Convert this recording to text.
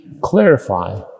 clarify